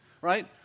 Right